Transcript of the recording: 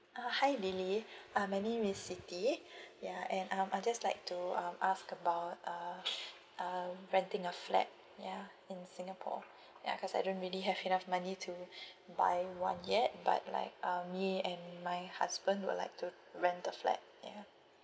uh hi uh my name is siti ya and um I'd just like to um ask about of um renting a flat ya in singapore ya cause I don't really have enough money to buy one yet but like um me and my husband would like to rent a flat ya